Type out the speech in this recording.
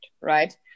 Right